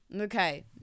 Okay